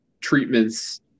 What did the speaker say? treatments